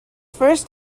first